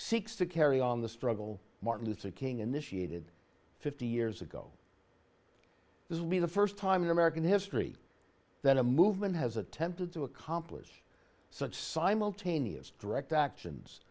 seeks to carry on the struggle martin luther king initiated fifty years ago this would be the first time in american history that a movement has attempted to accomplish such simultaneous direct actions